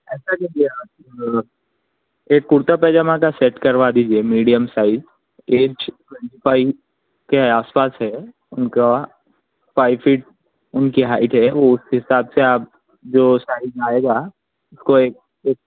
ایسا کیجیے آپ ایک کرتا پائجامہ کا سیٹ کروا دیجیے medium size age twenty five کے آس پاس ہے ان کا فائیو فٹ ان کی ہائٹ ہے وہ اس حساب سے آپ جو سائز میں آئے گا اس کو ایک فٹ